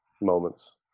moments